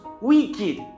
wicked